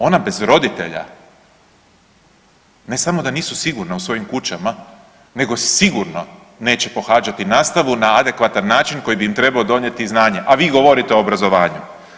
Ona bez roditelja ne samo da nisu sigurna u svojim kućama nego sigurno neće pokazati nastavu na adekvatan način koji bi im trebao donijeti znanje, a vi govorite o obrazovanju.